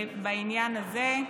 בעניין הזה,